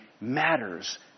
matters